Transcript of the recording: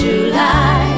July